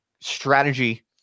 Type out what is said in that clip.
strategy